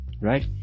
right